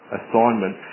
assignment